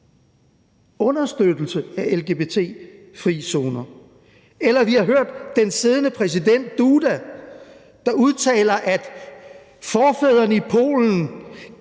understøttelse af lgbt-frie zoner – eller vi har hørt den siddende præsident, Duda, der udtaler: Forfædrene i Polen